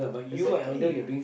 exactly